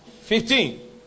Fifteen